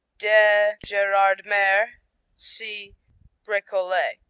de gerardmer see recollet.